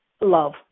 love